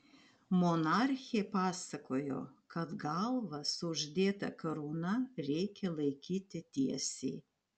monarchė pasakojo kad galvą su uždėta karūna reikia laikyti tiesiai